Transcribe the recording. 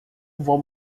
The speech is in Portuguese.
vou